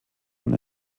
han